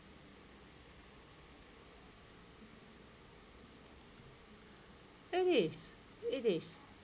it is it is